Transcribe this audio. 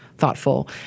thoughtful